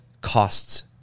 costs